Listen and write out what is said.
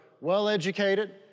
well-educated